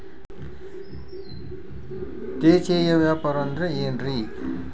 ದೇಶೇಯ ವ್ಯಾಪಾರ ಅಂದ್ರೆ ಏನ್ರಿ?